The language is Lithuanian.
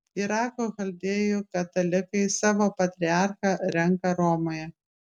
irako chaldėjų katalikai savo patriarchą renka romoje